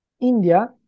India